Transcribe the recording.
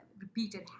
repeated